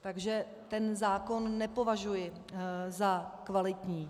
Takže ten zákon nepovažuji za kvalitní.